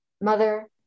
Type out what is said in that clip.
Mother